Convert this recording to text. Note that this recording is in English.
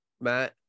matt